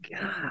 God